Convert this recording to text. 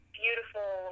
beautiful